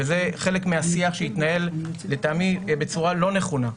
וזה חלק מהשיח שהתנהל לטעמי בצורה לא נכונה.